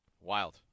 Wild